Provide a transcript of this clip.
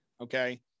Okay